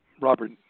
Robert